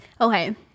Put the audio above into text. Okay